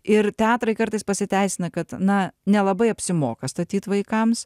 ir teatrai kartais pasiteisina kad na nelabai apsimoka statyt vaikams